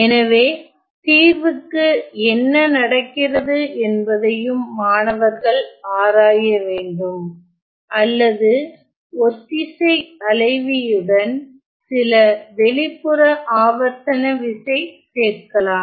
எனவே தீர்வுக்கு என்ன நடக்கிறது என்பதையும் மாணவர்கள் ஆராய வேண்டும் அல்லது ஒத்திசை அலைவி உடன் சில வெளிப்புற ஆவர்த்தனவிசை சேர்க்கலாம்